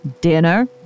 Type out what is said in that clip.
Dinner